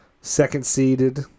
second-seeded